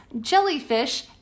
jellyfish